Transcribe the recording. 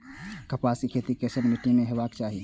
कपास के खेती केसन मीट्टी में हेबाक चाही?